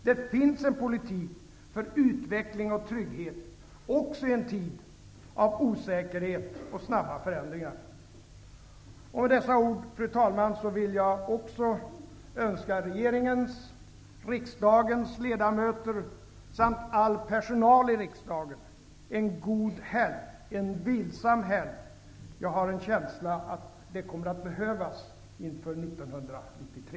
Det finns en politik för utveckling och trygghet, också i en tid av osäkerhet och snabba förändringar. Med dessa ord, fru talman, vill jag önska regeringens och riksdagens ledamöter samt all personal i riksdagen en god helg, en vilsam helg. Jag har en känsla av att det kommer att behövas inför 1993.